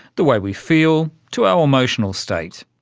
the way we feel, to our emotional state.